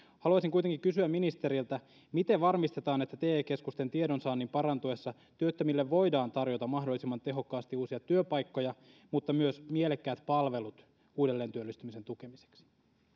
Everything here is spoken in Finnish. haluaisin kuitenkin kysyä ministeriltä miten varmistetaan että te keskusten tiedonsaannin parantuessa työttömille voidaan tarjota mahdollisimman tehokkaasti uusia työpaikkoja mutta myös mielekkäät palvelut uudelleentyöllistymisen tukemiseksi